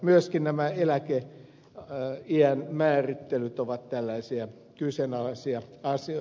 myöskin nämä eläkeiän määrittelyt ovat kyseenalaisia asioita